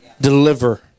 deliver